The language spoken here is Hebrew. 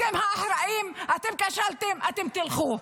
אתם האחראים, אתם כשלתם, אתם תלכו.